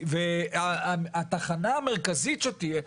והתחנה המרכזית שתהיה,